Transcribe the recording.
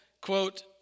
quote